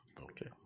Okay